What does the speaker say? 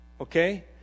Okay